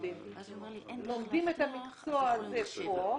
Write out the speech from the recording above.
לומדים את המקצוע הזה פה,